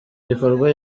gikorwa